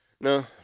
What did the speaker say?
no